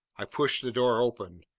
i pushed the door open.